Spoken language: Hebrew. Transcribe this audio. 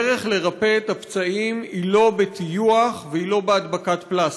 הדרך לרפא את הפצעים היא לא בטיוח והיא לא בהדבקת פלסטר.